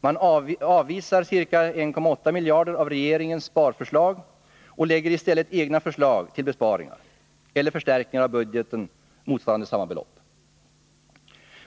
Man avvisar ca 1,8 miljarder av regeringens sparförslag och lägger i stället fram egna förslag till besparingar — eller förstärkningar av budgeten motsvarande samma belopp.